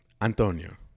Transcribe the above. Antonio